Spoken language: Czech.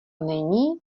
není